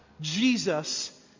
Jesus